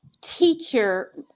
teacher